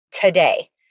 today